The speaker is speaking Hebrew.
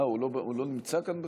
הוא לא נמצא כאן בכלל?